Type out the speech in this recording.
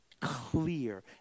clear